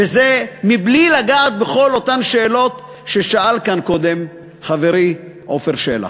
וזה מבלי לגעת בכל אותן שאלות ששאל כאן קודם חברי עפר שלח.